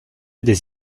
des